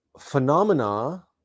phenomena